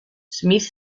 smith